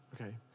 Okay